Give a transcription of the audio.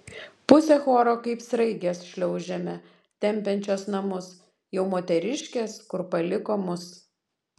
pusė choro kaip sraigės šliaužiame tempiančios namus jau moteriškės kur paliko mus